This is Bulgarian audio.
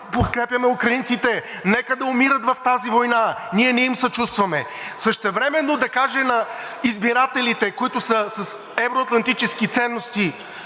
подкрепяме украинците. Нека да умират в тази война, ние не им съчувстваме.“ Същевременно да каже на избирателите, които са с евро-атлантически ценности: